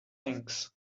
things